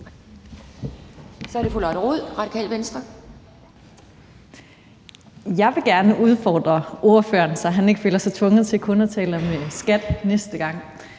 Kl. 17:50 Lotte Rod (RV): Jeg vil gerne udfordre ordføreren, så han ikke føler sig tvunget til kun at tale om skat næste gang,